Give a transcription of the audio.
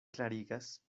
klarigas